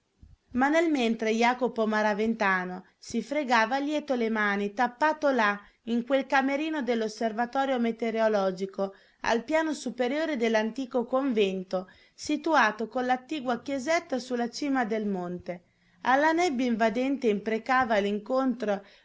ma nel mentre jacopo maraventano si fregava lieto le mani tappato là in quel camerino dell'osservatorio metereologico al piano superiore dell'antico convento situato con l'attigua chiesetta su la cima del monte alla nebbia invadente imprecava all'incontro